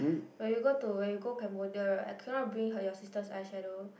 when you go to when you go Cambodia right I cannot bring her your sister's eye shadow